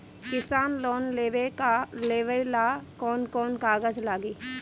किसान लोन लेबे ला कौन कौन कागज लागि?